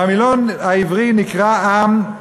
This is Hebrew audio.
במילון העברי נקרא עם,